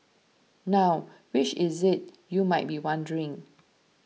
now which is it you might be wondering